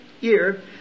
year